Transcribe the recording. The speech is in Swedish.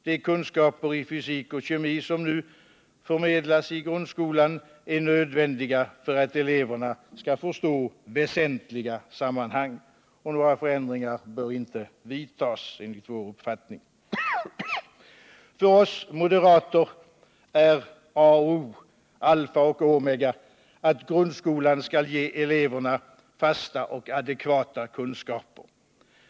De kunskaper i fysik och kemi som nu förmedlas i grundskolan är nödvändiga för att eleverna skall förstå väsentliga sammanhang. Enligt vår uppfattning bör förändringar inte vidtas. För oss moderater är det a och o— alfa och omega — att grundskolan kan ge eleverna fasta och adekvata kunskaper.